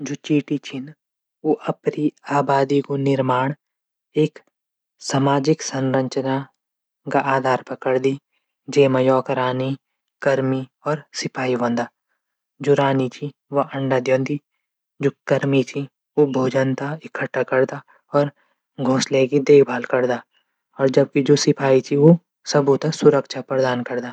जू चींटी छन ऊ अपडी आबादी कू निमार्ण एक सामाजिक संरचना आधार पर करदिन। जैम यू अकरानी, कर्मी और सिपाही हूंदा। जू रानी च ऊ अंडा दींदी। जू कर्मी च ऊ भोजन थै इक्ट्ठा करदा और घोसला देखभाल करदा। और जू सिपाही छन जू सबों थै सुरक्षा प्रदान करदा।